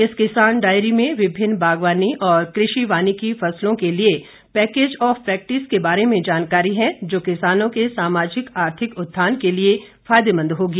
इस किसान डायरी में विभिन्न बागवानी और कृषि वानिकी फसलों के लिए पैकेज ऑफ प्रैक्टिस के बारे में जानकारी है जो किसानों के सामाजिक आर्थिक उत्थान के लिए फायदेमंद होगी